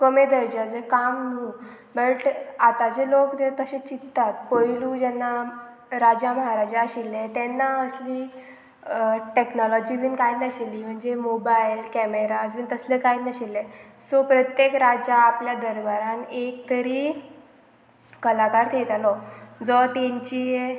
कमे दर्जाचें काम न्हू बट आतांचे लोक ते तशे चित्तात पयलू जेन्ना राजा महाराजा आशिल्ले तेन्ना असली टॅक्नोलॉजी बीन कांयच नाशिल्ली म्हणजे मोबायल कॅमेराज बीन तसले कांयच नाशिल्ले सो प्रत्येक राजा आपल्या दरबार एक तरी कलाकार थेयतालो जो तेंची